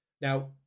now